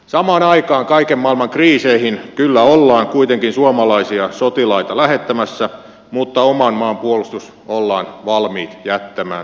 samaan aikaan kaiken maailman kriiseihin kyllä ollaan kuitenkin suomalaisia sotilaita lähettämässä mutta oman maan puolustus ollaan valmiit jättämään mopen osalle